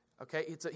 Okay